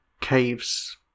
caves